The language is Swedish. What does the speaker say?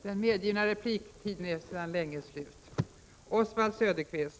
Den medgivna repliktiden är sedan länge slut.